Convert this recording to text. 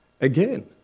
Again